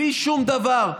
בלי שום דבר,